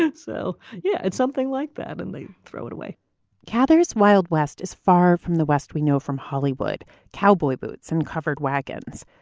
so, yeah, it's something like that. and they throw it away cather's wild west is far from the west. we know from hollywood cowboy boots and covered wagons.